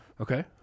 okay